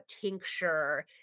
tincture